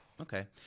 okay